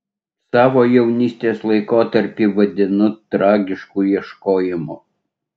savo jaunystės laikotarpį vadinu tragišku ieškojimu